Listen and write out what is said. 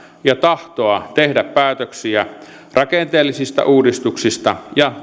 ja tahtoa tehdä päätöksiä rakenteellisista uudistuksista ja